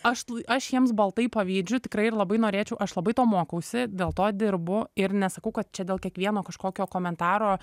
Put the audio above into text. aš aš jiems baltai pavydžiu tikrai labai norėčiau aš labai to mokausi dėl to dirbu ir nesakau kad čia dėl kiekvieno kažkokio komentaro